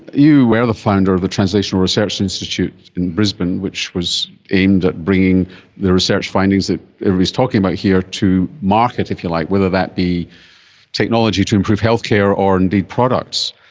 you were the founder of the translational research institute in brisbane which was aimed at bringing the research findings that everybody is talking about here to market, if you like, whether that be technology to improve healthcare or indeed products.